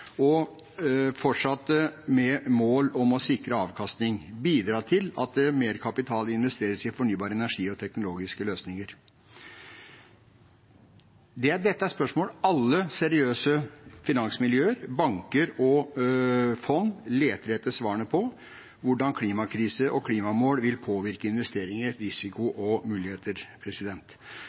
– fortsatt med mål om å sikre avkastning – bidra til at mer kapital investeres i fornybar energi og teknologiske løsninger? Dette er spørsmål alle seriøse finansmiljøer, banker og fond leter etter svarene på, hvordan klimakrise og klimamål vil påvirke investeringer, risiko og muligheter.